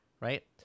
right